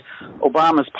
Obama's